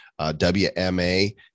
WMA